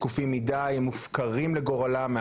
שקופים מידי ומופקרים לגורלם,